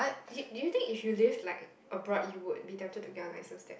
is it do you think if you live like abroad you would be tempted to get a licence that